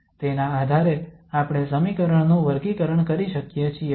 તેના આધારે આપણે સમીકરણનું વર્ગીકરણ કરી શકીએ છીએ